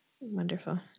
Wonderful